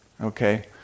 Okay